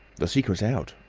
the secret's out.